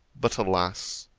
but, alas!